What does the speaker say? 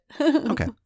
Okay